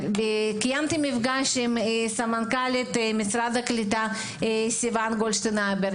וקיימתי מפגש עם סמנכ"לית משרד הקליטה סיון גולדשטיין-הבר,